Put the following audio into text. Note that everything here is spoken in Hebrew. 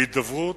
ההידברות,